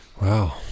wow